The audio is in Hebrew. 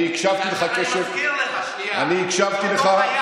אני מזכיר לך, אני הקשבתי לך בקשב,